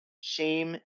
shame